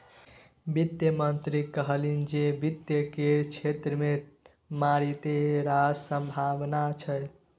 वित्त मंत्री कहलनि जे वित्त केर क्षेत्र मे मारिते रास संभाबना छै